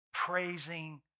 praising